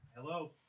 hello